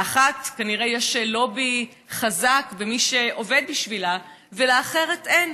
לאחת כנראה יש לובי חזק ומי שעובד בשבילה ולאחרת אין.